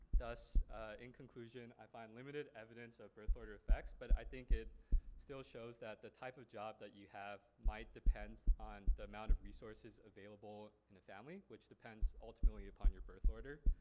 thus in conclusion i find limited evidence of birth order effects, but i think it still shows that the type of job that you have might depend on the amount of resources available in a family, which depends ultimately upon your birth order.